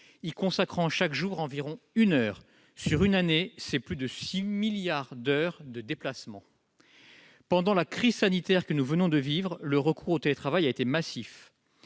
consacrant chaque jour environ une heure à ces trajets ; sur une année, ce sont plus de 6 milliards d'heures de déplacement. Pendant la crise sanitaire que nous venons de vivre, le recours au télétravail a été massif.